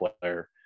player